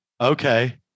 Okay